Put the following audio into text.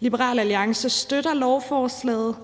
Liberal Alliance støtter lovforslaget,